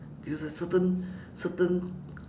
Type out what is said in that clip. due to certain certain